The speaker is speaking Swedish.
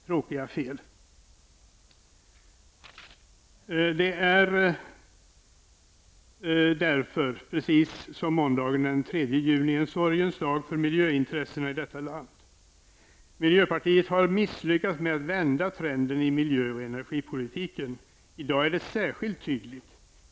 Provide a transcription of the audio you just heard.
Därför är denna dag, precis som måndagen den 3 juni, en sorgens dag för miljöintressena i detta land. Miljöpartiet har misslyckats med att vända trenden i miljö och energipolitiken. I dag är det särskilt tydligt.